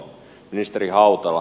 ministeri hautala